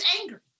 anger